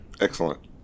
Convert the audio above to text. excellent